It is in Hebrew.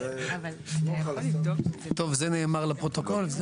טוב זה נאמר לפרוטוקול?